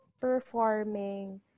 performing